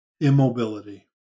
immobility